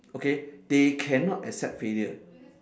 okay they cannot accept failure